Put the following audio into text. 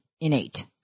innate